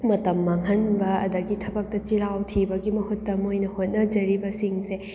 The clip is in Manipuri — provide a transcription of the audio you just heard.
ꯃꯇꯝ ꯃꯥꯡꯍꯟꯕ ꯑꯗꯒꯤ ꯊꯕꯛꯇ ꯆꯤꯜꯍꯥꯎ ꯊꯤꯕꯒꯤ ꯃꯍꯨꯠꯇ ꯃꯣꯏꯅ ꯍꯣꯠꯅꯖꯔꯤꯕ ꯁꯤꯡꯁꯦ